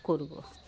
করব